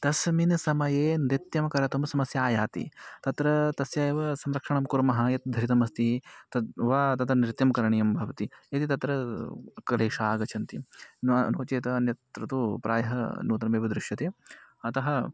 तस्मिन् समये नृत्यं कर्तुं समस्या आयाति तत्र तस्य एव संरक्षणं कुर्मः यत् धृतमस्ति तत् वा तद नृत्यं करणीयं भवति यदि तत्र क्लेशाः आगच्छन्ति न नो चेत् अन्यत्र तु प्रायः नूतनमेव दृष्यते अतः